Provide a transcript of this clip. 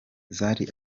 zari